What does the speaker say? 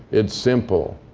it's simple.